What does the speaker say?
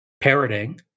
parroting